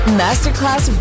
masterclass